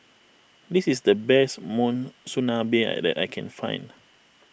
this is the best Monsunabe that I can find